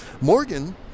Morgan